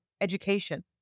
education